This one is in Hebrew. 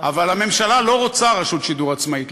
אבל הממשלה לא רוצה רשות שידור עצמאית.